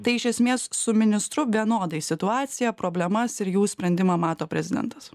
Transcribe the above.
tai iš esmės su ministru vienodai situaciją problemas ir jų sprendimą mato prezidentas